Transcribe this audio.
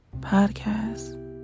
Podcast